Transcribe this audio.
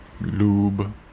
Lube